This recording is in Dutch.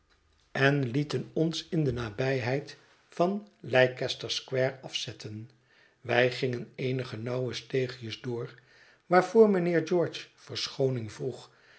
en lieten ons in de nabijheid van leicester square afzetten wij gingen eenige nauwe steegjes door waarvoor mijnheer george verschooning vroeg